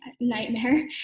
nightmare